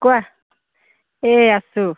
কোৱা এই আছোঁ